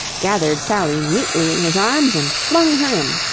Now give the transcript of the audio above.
gathered sally neatly in his arms, and flung her in.